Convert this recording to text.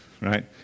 right